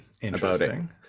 interesting